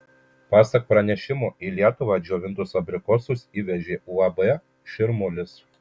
pasak pranešimo į lietuvą džiovintus abrikosus įvežė uab širmulis